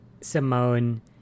Simone